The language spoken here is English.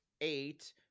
eight